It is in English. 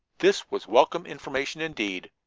this was welcome information, indeed.